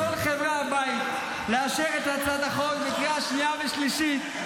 -- אני קורא לכל חברי הבית לאשר את הצעת החוק בקריאה שנייה ושלישית.